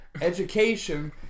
education